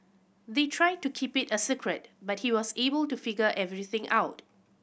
they tried to keep it a secret but he was able to figure everything out